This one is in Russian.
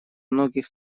многих